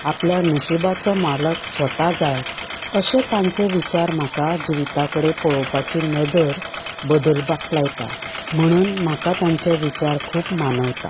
आपल्या नशिबाचो मालक स्वता जायात अशें तांचे विचार म्हाका जिविता कडेन पळोवपाची नदर बदलपाक लायता म्हणून म्हाका तांचे विचार खूब मानवता